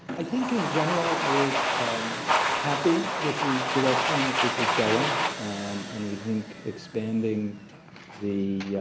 i think in general we're happy with the direction that this is going and we think expanding the